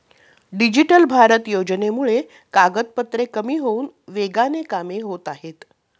digital Bharat योजनेमुळे कागदपत्रे कमी होऊन वेगाने कामे होत आहेत